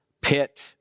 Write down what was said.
pit